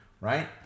right